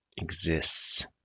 exists